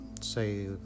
say